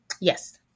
Yes